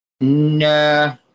Nah